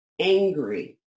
angry